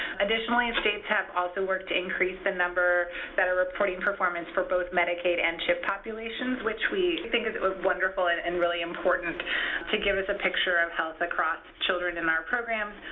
additionally, and states have also worked to increase the number that are reporting performance for both medicaid and chip populations, which we think is wonderful and and really important to give us a picture of health across children in our programs.